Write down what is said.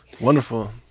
Wonderful